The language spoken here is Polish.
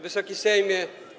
Wysoki Sejmie!